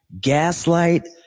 gaslight